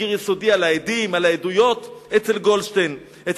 תחקיר יסודי על העדים, על העדויות אצל גולדסטון.